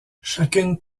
chacune